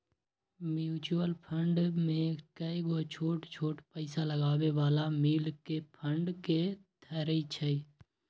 mutual fund में कयगो छोट छोट पइसा लगाबे बला मिल कऽ फंड के धरइ छइ